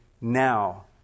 now